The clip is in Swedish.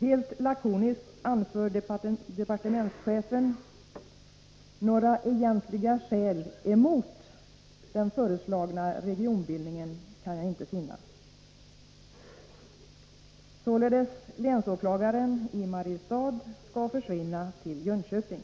Helt lakoniskt anför departementschefen: ”Några egentliga skäl emot den föreslagna regionbildningen kan jag inte finna.” Således skall länsåklagaren i Mariestad försvinna till Jönköping.